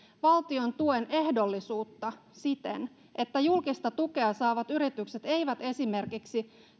valtion tuen ehdollisuutta siten että julkista tukea saavat yritykset eivät esimerkiksi